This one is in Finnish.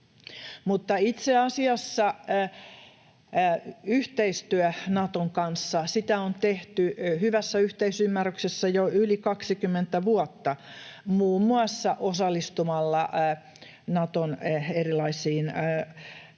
itse asiassa yhteistyötä Naton kanssa on tehty hyvässä yhteisymmärryksessä jo yli 20 vuotta muun muassa osallistumalla erilaisiin